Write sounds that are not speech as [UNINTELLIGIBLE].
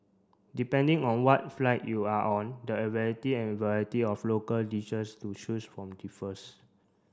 depending on what flight you are on the [UNINTELLIGIBLE] and variety of local dishes to choose from differs